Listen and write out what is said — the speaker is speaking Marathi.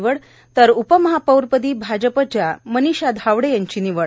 निवड तर उपमहापौर पदी भाजपच्या मनिषा धावडे यांची निवड